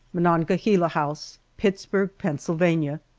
monongahela house, pittsburg, pennsylvania,